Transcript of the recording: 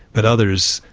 but others,